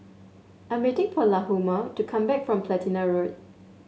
I'm waiting for Lahoma to come back from Platina Road